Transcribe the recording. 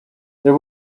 there